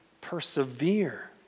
persevere